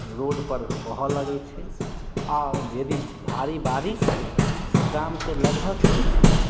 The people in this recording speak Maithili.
रोड पर बहऽ लगै छै आओर यदि भारी बारिश भेल तऽ गामके लगभग जेछै